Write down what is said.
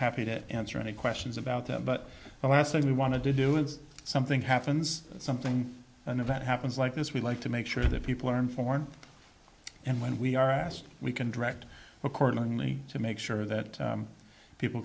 happy to answer any questions about that but the last thing we want to do is something happens something an event happens like this we like to make sure that people are informed and when we are asked we can direct accordingly to make sure that people